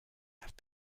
have